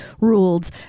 ruled